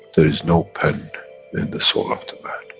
their is no pen in the soul of the man.